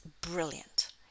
brilliant